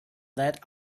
that